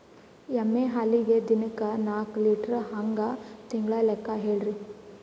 ಎಮ್ಮಿ ಹಾಲಿಗಿ ದಿನಕ್ಕ ನಾಕ ಲೀಟರ್ ಹಂಗ ತಿಂಗಳ ಲೆಕ್ಕ ಹೇಳ್ರಿ?